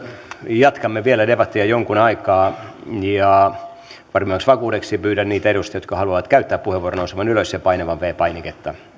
jatkamme vielä debattia jonkun aikaa ja varmemmaksi vakuudeksi pyydän niitä edustajia jotka haluavat käyttää puheenvuoron nousemaan ylös ja painamaan viides painiketta